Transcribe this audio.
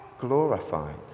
glorified